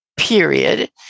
period